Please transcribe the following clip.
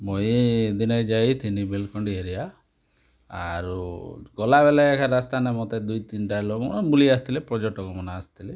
ମୁଇଁ ଦିନେ ଯାଇଥିଲି ବେଲ୍ଖଣ୍ଡି ଏରିଆ ଆରୁ ଗଲାବେଲେ ହେ ରାସ୍ତାନେ ମତେ ଦୁଇ ତିନ୍ଟା ଲୋକ୍ ବୁଲି ଆସିଥିଲେ ପର୍ଯ୍ୟଟକମାନ ଆସିଥିଲେ